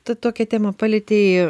tą tokią temą palietei